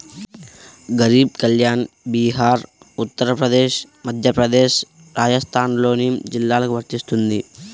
గరీబ్ కళ్యాణ్ బీహార్, ఉత్తరప్రదేశ్, మధ్యప్రదేశ్, రాజస్థాన్లోని జిల్లాలకు వర్తిస్తుంది